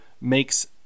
makes